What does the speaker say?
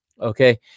Okay